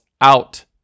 out